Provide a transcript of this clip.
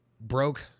broke